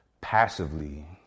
passively